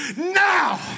now